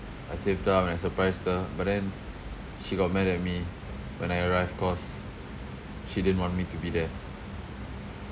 I saved up and I surprised her but then she got mad at me when I arrived cause she didn't want me to be there